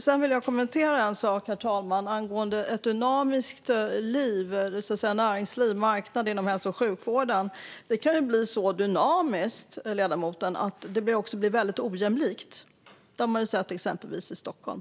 Sedan vill jag kommentera detta med ett dynamiskt näringsliv och en dynamisk marknad inom hälso och sjukvården. Det kan bli så dynamiskt att det också blir väldigt ojämlikt. Det har man sett exempelvis i Stockholm.